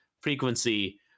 frequency